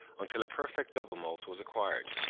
until a perfect double moult was acquired.